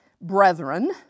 brethren